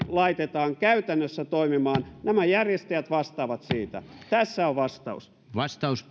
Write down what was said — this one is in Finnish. laitetaan käytännössä toimimaan nämä järjestäjät vastaavat siitä tässä on vastaus vastaus